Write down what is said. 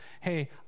hey